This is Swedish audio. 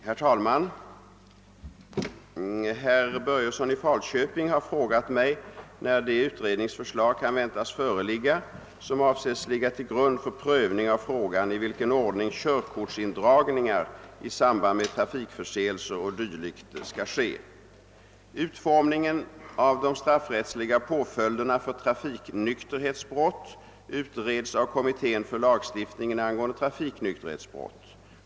Herr talman! Herr Börjesson i Falköping har frågat mig när de utredningsförslag kan väntas föreligga som avses ligga till grund för prövning av frågan i vilken ordning körkortsindragningar i samband med trafikförseelser o. d. skall ske. Utformningen av de straffrättsliga påföljderna för trafiknykterhetsbrott utreds av kommittén för lagstiftningen angående trafiknykterhetsbrott.